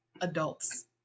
adults